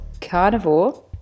carnivore